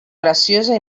graciosa